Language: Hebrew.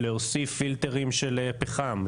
להוסיף פילטרים של פחם,